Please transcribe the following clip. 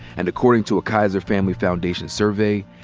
and according to a kaiser family foundation survey,